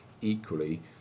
Equally